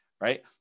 Right